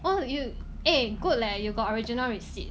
what are you eh good leh you got original receipt